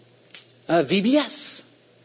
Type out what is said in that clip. VBS